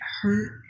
hurt